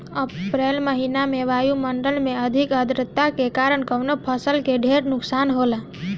अप्रैल महिना में वायु मंडल में अधिक आद्रता के कारण कवने फसल क ढेर नुकसान होला?